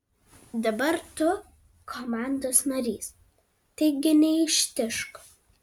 dabar tu komandos narys taigi neištižk